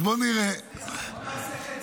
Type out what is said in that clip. בוא נעשה חצי-חצי.